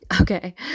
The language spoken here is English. Okay